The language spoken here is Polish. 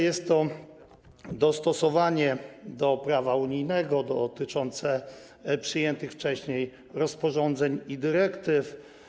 Jest to dostosowanie do prawa unijnego dotyczące przyjętych wcześniej rozporządzeń i dyrektyw.